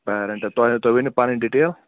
پیرَنٹَہٕ تۄہہِ تُہۍ ؤنِو پَنٕنۍ ڈِٹیل